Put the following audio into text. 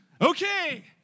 okay